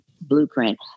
blueprint